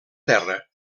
terra